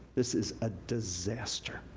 this is a disaster,